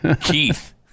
Keith